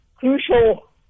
Crucial